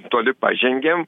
toli pažengėm